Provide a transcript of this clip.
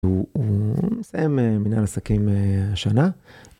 מנהל עסקים שנה.